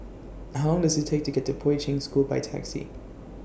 How Long Does IT Take to get to Poi Ching School By Taxi